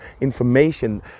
information